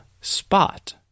spot